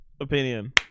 opinion